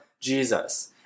Jesus